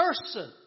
person